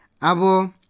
Abo